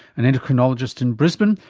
an endocrinologist in brisbane,